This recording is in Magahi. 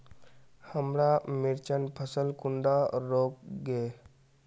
हमार मिर्चन फसल कुंडा रोग छै?